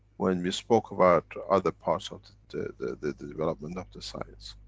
when we spoke about other parts of the development of the science.